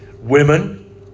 Women